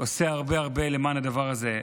עושה הרבה הרבה למען הדבר הזה,